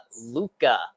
Luca